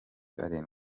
arindwi